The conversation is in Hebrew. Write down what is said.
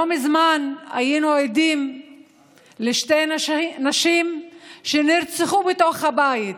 לא מזמן היינו עדים לשתי נשים שנרצחו בתוך הבית,